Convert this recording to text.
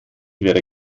wäre